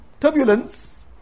turbulence